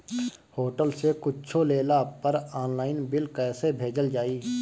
Hotel से कुच्छो लेला पर आनलाइन बिल कैसे भेजल जाइ?